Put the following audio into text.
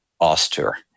austere